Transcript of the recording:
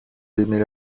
d’aimer